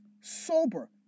sober